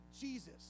Jesus